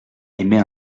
émet